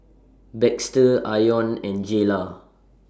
Baxter Ione and Jaylah